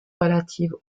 relatives